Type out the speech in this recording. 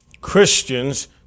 Christians